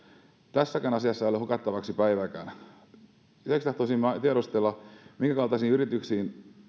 tässäkään asiassa ei ole hukattavaksi päivääkään lisäksi tahtoisin tiedustella minkäkaltaisiin yrityksiin